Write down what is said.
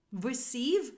receive